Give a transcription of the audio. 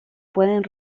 pueden